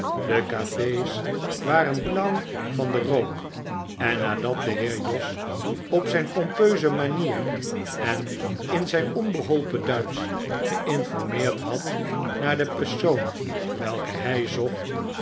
de cafe's waren blauw van den rook en nadat de heer jos op zijn pompeuze manier en in zijn onbeholpen duitsch geinformeerd had naar de persoon welke hij zocht